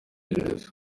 iperereza